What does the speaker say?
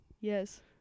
Yes